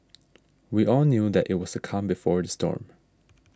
we all knew that it was a calm before the storm